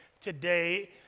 today